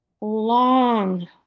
long